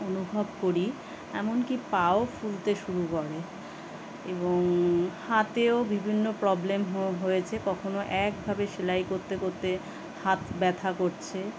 অনুভব করি এমনকি পাও ফুলতে শুরু করে এবং হাতেও বিভিন্ন প্রবলেম হ হয়েছে কখনও একভাবে সেলাই করতে করতে হাত ব্যথা করছে